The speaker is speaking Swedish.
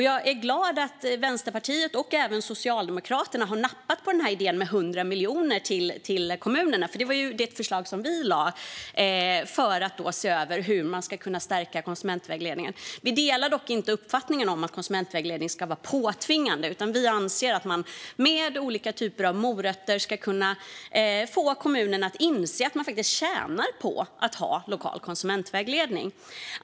Jag är glad att Vänsterpartiet, och även Socialdemokraterna, har nappat på idén om 100 miljoner till kommunerna. Det var ett förslag som vi lade fram för att se över hur konsumentvägledningen kan stärkas. Vi delar dock inte uppfattningen att konsumentvägledningen ska vara påtvingad, utan vi anser att man med olika typer av morötter ska få kommunerna att inse att de faktiskt tjänar på att ha lokal konsumentvägledning.